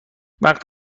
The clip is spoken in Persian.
وقت